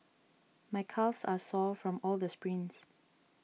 my calves are sore from all the sprints